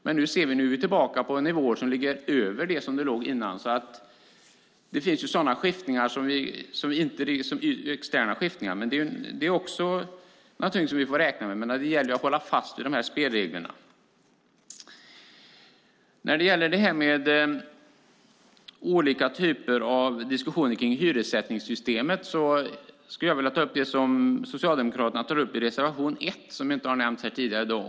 Men nu är vi tillbaka på nivåer som ligger över de nivåer som vi hade tidigare. Det finns externa skiftningar. Men det är också någonting som vi får räkna med. Det gäller att hålla fast vid dessa spelregler. Jag skulle vilja säga något med anledning av olika typer av diskussioner kring hyressättningssystemet och ta upp det som Socialdemokraterna tar upp i reservation 1 och som inte har nämnts här tidigare i dag.